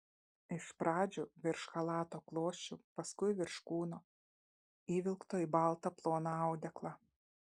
iš pradžių virš chalato klosčių paskui virš kūno įvilkto į baltą ploną audeklą